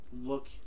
look